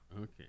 Okay